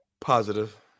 Positive